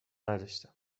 نداشتم